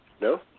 No